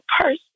person